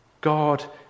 God